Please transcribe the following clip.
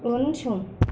उनसं